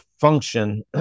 function